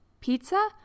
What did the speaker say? Pizza